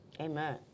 Amen